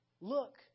look